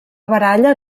baralla